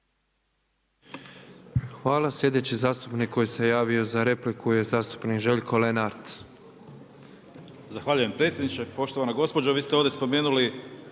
Hvala. Sljedeći zastupnik koji se javio za repliku je zastupnik Žekljo Lenart. **Lenart, Željko (HSS)** Zahvaljujem predsjedniče. Poštovana gospođo, vi ste ovdje spomenuli